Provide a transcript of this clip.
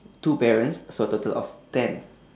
two parents so total of ten